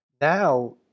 Now